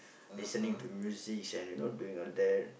listening to music and you know doing all that